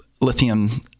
lithium